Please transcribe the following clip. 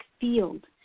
field